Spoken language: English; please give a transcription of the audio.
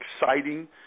exciting